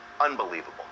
Unbelievable